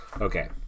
Okay